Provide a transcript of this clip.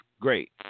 great